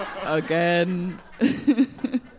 again